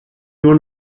nur